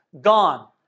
gone